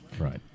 Right